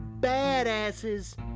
badasses